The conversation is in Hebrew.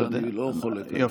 שאני לא חולק עליהם,